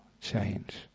change